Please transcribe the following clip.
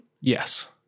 Yes